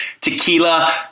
tequila